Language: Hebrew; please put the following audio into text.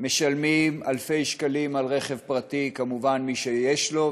משלמים אלפי שקלים על רכב פרטי, כמובן, מי שיש לו.